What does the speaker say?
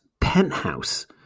penthouse